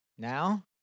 Now